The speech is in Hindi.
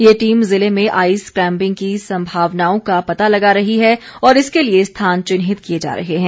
ये टीम जिले में आईस क्लाईबिंग की संभावनाओं का पता लगा रही है और इसके लिए स्थान चिन्हित किए जा रहे हैं